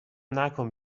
نکن